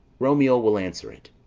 romeo will answer it.